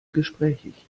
gesprächig